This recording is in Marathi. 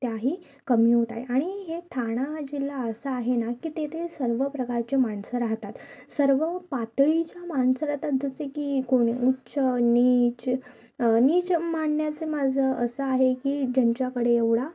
त्याही कमी होत आहे आणि हे ठाणा जिल्हा असा आहे न की तिथे सर्व प्रकारचे माणसं राहतात सर्व पातळीचे माणसं राहतात जसे की कोणी उच्च नीच नीच म्हणण्याचं माझं असं आहे की ज्यांच्याकडे एवढा